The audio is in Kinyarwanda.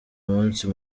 umunsi